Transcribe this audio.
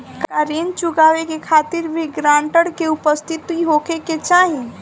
का ऋण चुकावे के खातिर भी ग्रानटर के उपस्थित होखे के चाही?